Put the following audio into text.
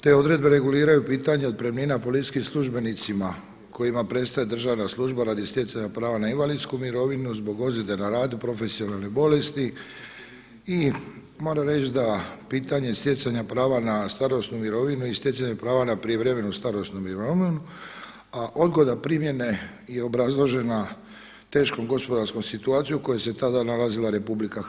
Te odredbe reguliraju pitanje otpremnina policijskim službenicima kojima prestaje državna služba radi stjecanja prava na invalidsku mirovinu, zbog ozljede na radu, profesionalne bolesti i moram reći da pitanje stjecanja prava na starosnu mirovinu i stjecanja prava na prijevremenu starosnu mirovinu, a odgoda primjene je obrazložena teškom gospodarskom situacijom u kojoj se tada nalazila RH.